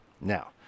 Now